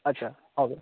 আচ্ছা হবে